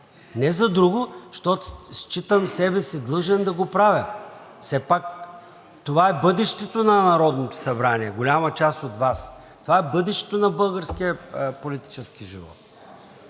Не за друго, а защото считам себе си длъжен да го правя. Все пак това е бъдещото на Народното събрание – голяма част от Вас, това е бъдещето на българския политически живот.